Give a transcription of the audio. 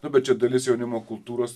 nu bet čia dalis jaunimo kultūros